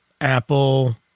Apple